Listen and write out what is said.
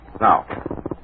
Now